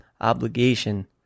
obligation